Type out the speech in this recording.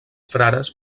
frares